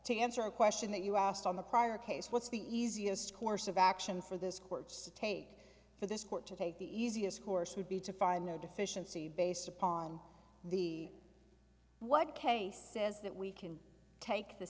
to answer a question that you asked on the prior case what's the easiest course of action for this courts to take for this court to take the easiest course would be to find no deficiency based upon the what case says that we can take the